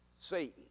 Satan